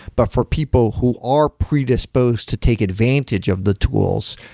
but for people who are predisposed to take advantage of the tools,